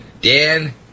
Dan